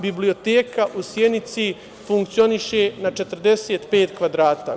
Biblioteka u Sjenici funkcioniše na 45 m2.